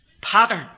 pattern